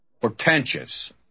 portentous